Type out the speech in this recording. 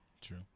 true